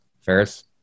ferris